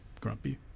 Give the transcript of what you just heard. grumpy